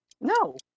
No